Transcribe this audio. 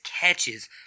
catches